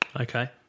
Okay